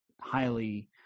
highly